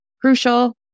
Crucial